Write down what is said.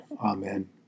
Amen